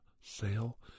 sale